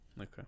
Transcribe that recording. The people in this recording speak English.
Okay